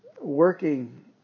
working